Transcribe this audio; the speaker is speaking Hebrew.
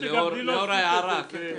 לאור ההערה, כן.